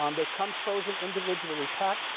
um they come frozen, individually packed.